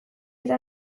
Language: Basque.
eta